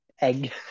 Egg